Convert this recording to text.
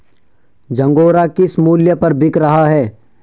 झंगोरा किस मूल्य पर बिक रहा है?